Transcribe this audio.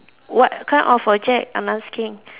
what kind of object I'm asking